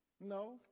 No